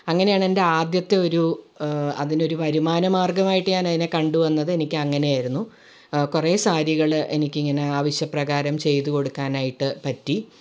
അങ്ങനെയാണെൻ്റെ ആദ്യത്തെ ഒരൂ അതിനൊര് വരുമാന മാർഗമായിട്ട് ഞാനതിനെ കണ്ടുവന്നത് എനിയ്ക്കങ്ങനെ ആയിരുന്നു കുറെ സാരികള് എനിക്കിങ്ങനെ ആവശ്യപ്രകാരം ചെയ്ത് കൊടുക്കാനായിട്ട് പറ്റി